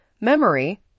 memory